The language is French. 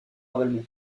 ravalement